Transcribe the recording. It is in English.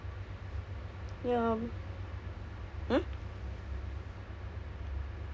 what oh what ah apa tu your tempat situ apa twenty four hours eh